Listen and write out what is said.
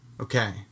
Okay